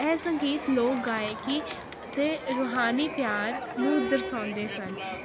ਐਹ ਸੰਗੀਤ ਲੋਕ ਗਾਇਕੀ ਅਤੇ ਰੂਹਾਨੀ ਪਿਆਰ ਨੂੰ ਦਰਸੋਂਦੇ ਸਨ